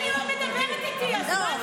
אני לא טובה בלהתפרץ באמת.